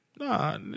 Nah